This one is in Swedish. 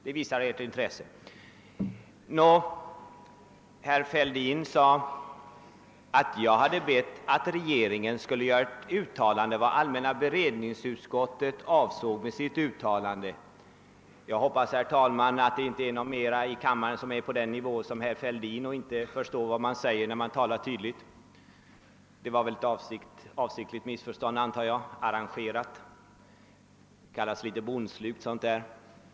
Det visar ert intresse. Herr Fälldin sade att jag hade bett att regeringen skulle göra ett uttalande om vad allmänna beredningsutskottet avsåg med sitt yttrande. Jag hoppas, herr talman, att det inte i kammaren finns någon mera som befinner sig på samma nivå som herr Fälldin att han inte förstår vad man säger fast man talar tydligt. Jag antar att det var ett avsiktligt, arrangerat missförstånd. Jag har inte begärt det som herr Fälldin påstod.